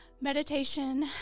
meditation